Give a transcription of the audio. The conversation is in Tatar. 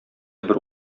бер